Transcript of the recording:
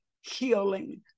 healing